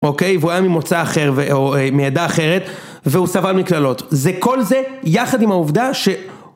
אוקיי? והוא היה ממוצא אחר, או מעדה אחרת, והוא סבל מקללות. זה כל זה, יחד עם העובדה ש...